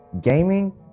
gaming